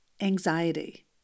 Anxiety